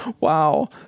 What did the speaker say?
Wow